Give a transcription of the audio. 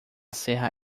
serra